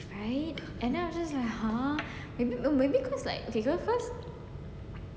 right and then I feels like ha may~ maybe cause like can go first